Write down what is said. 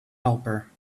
helper